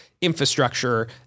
infrastructure